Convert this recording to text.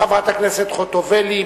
חברת הכנסת חוטובלי,